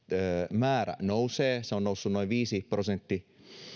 määrä nousee se on noussut noin viisi prosenttia